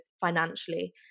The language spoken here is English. financially